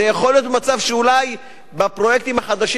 זה יכול להיות מצב שאולי בפרויקטים החדשים